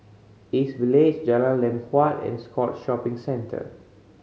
East Village Jalan Lam Huat and Scotts Shopping Centre